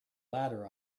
ladder